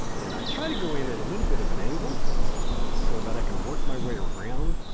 and i try to go in at a little bit of an angle so that i can work my way around